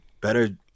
better